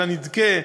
לנדכה,